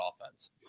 offense